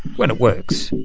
when it works.